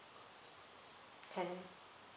ten